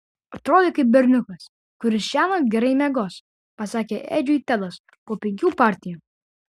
atrodai kaip berniukas kuris šiąnakt gerai miegos pasakė edžiui tedas po penkių partijų